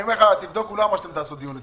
הוא לא אמר שתעשו דיון אצלכם.